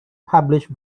published